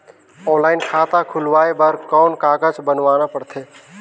Online खाता खुलवाय बर कौन कागज बनवाना पड़थे?